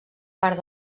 part